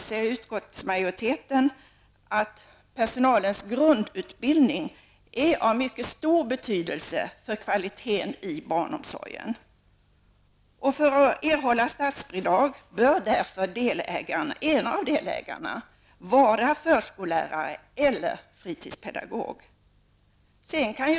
Utskotts majoriteten anser att personalens grundutbildning är av en stor betydelse för kvaliteten i barnomsorgen. För att erhålla statsbidrag bör därför en av delägarna vara förskollärare eller fritidspedagog.